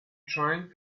trying